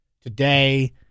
today